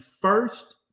first